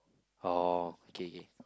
oh okay okay